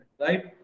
right